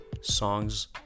songs